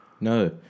No